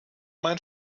mein